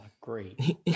great